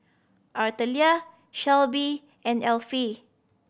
Artelia Shelby and Alfie